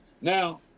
now